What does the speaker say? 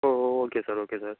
O oh okay sir okay sir